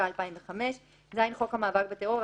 התשס"ה 2005‏. (ז)חוק המאבק בטרור,